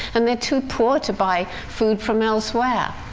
and they're too poor to buy food from elsewhere.